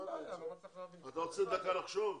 אתה רוצה דקה לחשוב?